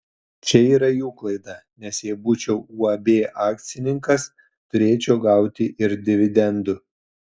čia yra jų klaida nes jei būčiau uab akcininkas turėčiau gauti ir dividendų